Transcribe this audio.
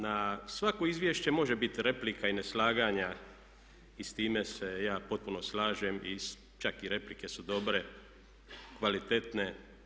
Na svako izvješće može biti replika i neslaganja i s time se ja potpuno slažem i čak i replike su dobre, kvalitetne.